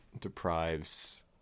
deprives